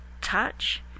touch